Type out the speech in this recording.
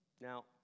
Now